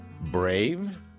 brave